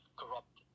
corrupt